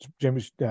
James